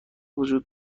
وجود